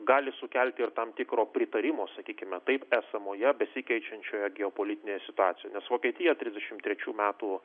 gali sukelti ir tam tikro pritarimo sakykime taip esamoje besikeičiančioje geopolitinėje situacijoje nes vokietija trisdešimt trečių metų